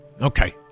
Okay